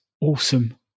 awesome